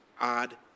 odd